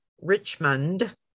Richmond